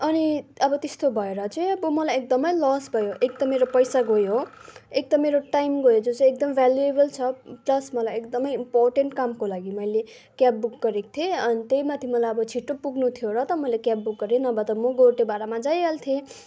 अनि अब त्यस्तो भएर चाहिँ अब मलाई एकदमै लस भयो एक त मेरो पैसा गयो हो एक त मेरो टाइम गयो जो चाहिँ एकदम भुल्युएबल छ प्लस मलाई एकदम इम्पोर्टेन्ट कामको लागि मैले क्याब बुक गरेको थिएँ अनि त्यही माथि मलाई अब छिटो पुग्नु थियो र त मैले क्याब बुक गरेँ नभए त म गोटे भाडामा जाइहाल्थेँ